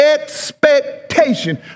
expectation